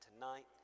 tonight